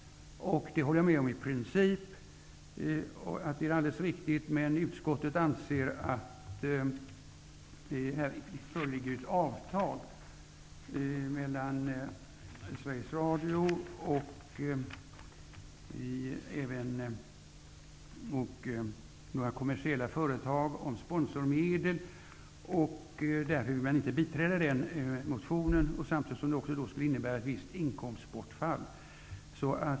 Jag håller i princip med om att det är helt riktigt. Utskottet anser dock att det här föreligger ett avtal mellan Sveriges Radio och några kommersiella företag om sponsormedel. Man vill inte biträda den motionen, vars förslag också skulle innebära ett visst inkomstbortfall.